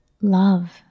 love